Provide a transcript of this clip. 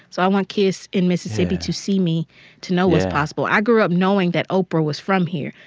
so i want kids in mississippi to see me to know what's possible. i grew up knowing that oprah was from here.